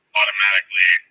automatically